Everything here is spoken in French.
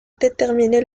déterminer